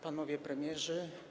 Panowie Premierzy!